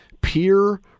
peer